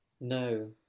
no